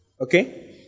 Okay